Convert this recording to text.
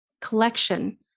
collection